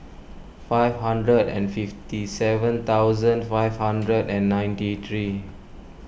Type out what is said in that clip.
five hundred and fifty seven thousand five hundred and ninety three